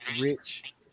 rich